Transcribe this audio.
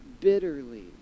bitterly